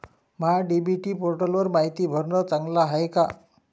महा DBT पोर्टलवर मायती भरनं चांगलं हाये का?